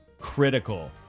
Critical